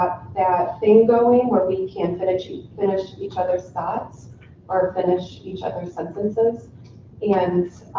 that thing going where we can finish each finish each other's thoughts or finish each other's sentences and